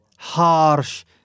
harsh